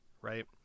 right